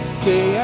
say